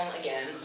again